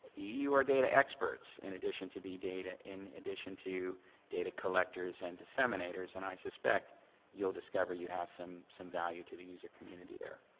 you are data experts in addition to the data in addition to data collectors and disseminators. and i suspect you'll discover you have some some value to the user community there.